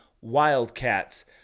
Wildcats